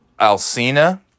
alcina